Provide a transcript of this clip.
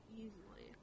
easily